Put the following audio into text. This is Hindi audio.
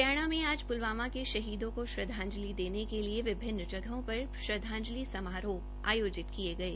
हरियाणा में आज पुलवामा के शहीदों को श्रद्वांजति देने के लिए विभिन्न जगहों पर श्रद्वांजलि समारोह आयोजित किये गये